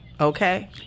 okay